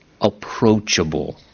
approachable